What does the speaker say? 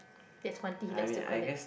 that's one thing he likes to collect